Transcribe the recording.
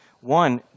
one